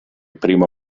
prima